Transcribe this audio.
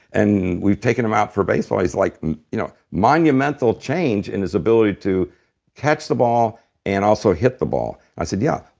and we've taken him out for baseball, his like you know monumental change in his ability to catch the ball and also hit the ball. i said, yeah.